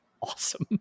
awesome